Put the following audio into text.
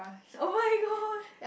oh-my-god